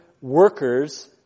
workers